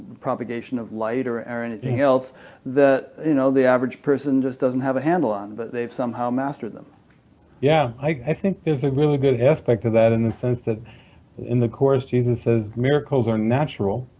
propagation of light, or or anything else that you know the average person just doesn't have a handle on, but they have somehow mastered them. david yeah, i think there's a really good aspect to that in the sense that in the course jesus says, miracles are natural.